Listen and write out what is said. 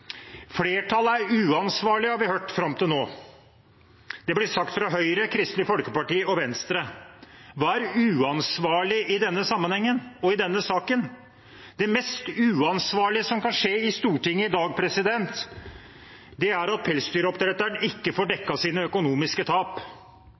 Flertallet er uansvarlig, har vi hørt fram til nå. Det blir sagt fra Høyre, Kristelig Folkeparti og Venstre. Hva er uansvarlig i denne sammenhengen og i denne saken? Det mest uansvarlige som kan skje i Stortinget i dag, er at pelsdyroppdretteren ikke får